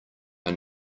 are